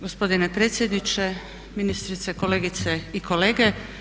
Gospodine predsjedniče, ministrice, kolegice i kolege.